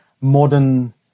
modern